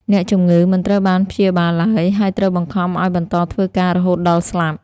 អ្នកជំងឺមិនត្រូវបានព្យាបាលឡើយ ហើយត្រូវបង្ខំឱ្យបន្តធ្វើការរហូតដល់ស្លាប់។